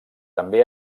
també